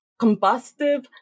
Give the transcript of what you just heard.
combustive